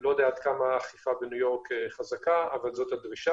אני לא יודע עד כמה האכיפה בניו-יורק חזקה אבל זו הדרישה.